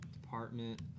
Department